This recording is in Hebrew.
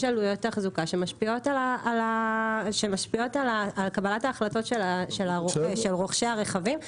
עלויות תחזוקה שמשפיעות על קבלת ההחלטות של רוכשי הרכבים.